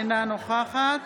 אינה נוכחת